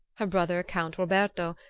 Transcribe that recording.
her brother, count roberto,